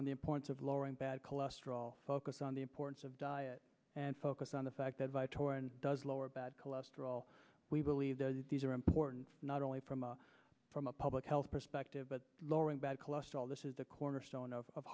on the importance of lowering bad cholesterol focus on the importance of diet and focus on the fact that vytorin does lower bad cholesterol we believe that these are important not only from a from a public health perspective but lowering bad cholesterol this is the cornerstone of